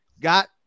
got